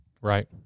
right